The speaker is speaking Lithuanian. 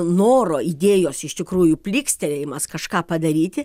noro idėjos iš tikrųjų plykstelėjimas kažką padaryti